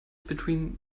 between